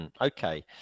Okay